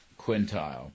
quintile